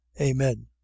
Amen